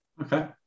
Okay